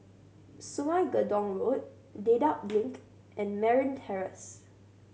Sungei Gedong Road Dedap Link and Merryn Terrace